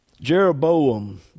Jeroboam